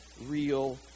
real